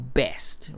best